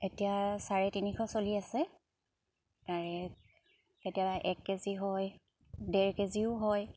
এতিয়া চাৰে তিনিশ চলি আছে তাৰে কেতিয়াবা এক কেজি হয় ডেৰ কেজিও হয়